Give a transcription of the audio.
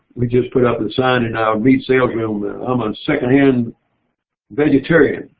we just put out the sign in our meat sales room that i'm a second hand vegetarian.